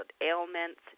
ailments